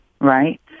right